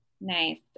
Nice